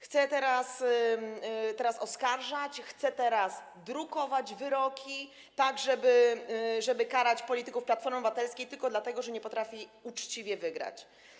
Chce teraz oskarżać, chce teraz drukować wyroki, tak żeby karać polityków Platformy Obywatelskiej, tylko dlatego że nie potrafi uczciwie wygrać.